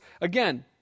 again